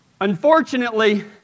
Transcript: Unfortunately